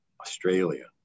Australia